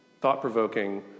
thought-provoking